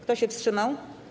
Kto się wstrzymał?